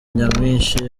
nyamwinshi